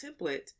template